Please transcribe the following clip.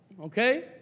okay